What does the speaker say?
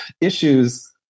issues